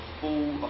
full